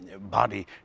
body